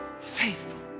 faithful